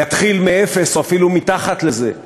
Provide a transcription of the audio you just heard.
להתחיל מאפס או אפילו מתחת לזה,